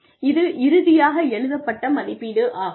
இது இறுதியாக எழுதப்பட்ட மதிப்பீடாகும்